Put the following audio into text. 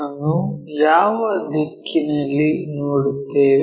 ಯನ್ನು ಯಾವ ದಿಕ್ಕಿನಲ್ಲಿ ನೋಡುತ್ತೇವೆ